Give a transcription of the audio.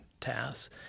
tasks